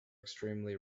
extremely